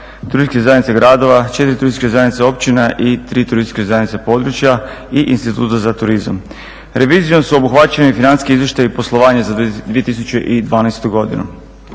turističkih zajednica gradova, 4 turističke zajednice općina i 3 turističke zajednice područja i Instituta za turizam. Revizijom su obuhvaćeni financijski izvještaji i poslovanje za 2012. godinu.